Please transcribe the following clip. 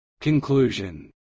Conclusion